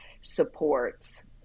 supports